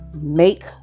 make